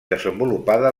desenvolupada